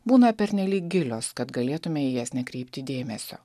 būna pernelyg gilios kad galėtume į jas nekreipti dėmesio